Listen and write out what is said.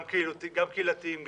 גם קהילתיים,